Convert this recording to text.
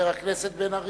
חבר הכנסת בן-ארי.